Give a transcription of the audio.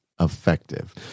effective